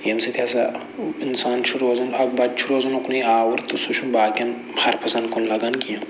ییٚمہِ سۭتۍ ہسا اِنسان چھُ روزان اکھ بَچہٕ چھُ روزان اُکنُے آوُر تہٕ سُہ چھُنہٕ باقٮ۪ن ہرفٔزَن کُن لَگان کیٚنہہ